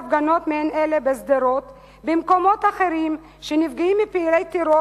הפגנות מעין אלה בשדרות ובמקומות אחרים שנפגעים מפעילות טרור